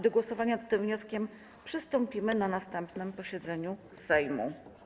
Do głosowania nad tym wnioskiem przystąpimy na następnym posiedzeniu Sejmu.